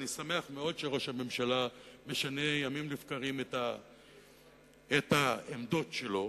אני שמח מאוד שראש הממשלה משנה חדשות לבקרים את העמדות שלו,